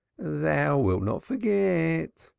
thou wilt not forget?